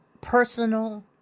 personal